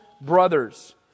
brothers